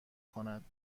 کند